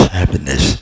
happiness